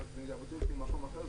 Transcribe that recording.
מז'בוטינסקי למקום אחר.